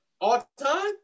All-time